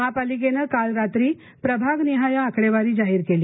महापालिकेनं काल रात्री प्रभाग निहाय आकडेवारी जाहीर केली